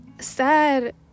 sad